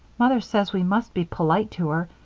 mother says we must be polite to her,